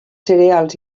cereals